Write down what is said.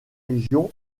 région